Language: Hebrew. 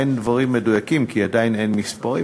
אין דברים מדויקים כי עדיין אין מספרים,